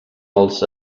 els